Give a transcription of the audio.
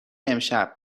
امشب